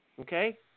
Okay